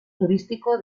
turístico